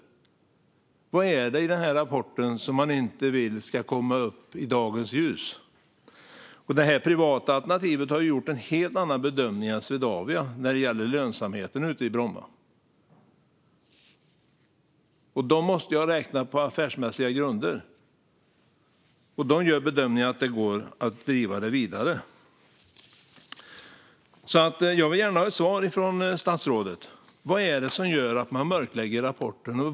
Vad är det i den här rapporten som ni inte vill ska komma upp i dagens ljus? Det privata alternativet har gjort en helt annan bedömning än Swedavia när det gäller lönsamheten ute i Bromma. De måste ha räknat på affärsmässiga grunder, och de gör bedömningen att det går att driva Bromma vidare. Jag vill gärna ha ett svar från statsrådet: Vad är det som gör att ni mörklägger rapporten?